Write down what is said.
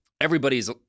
everybody's